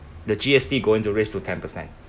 the G_S_T going to raise to ten percent